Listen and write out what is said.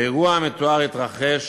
האירוע המתואר התרחש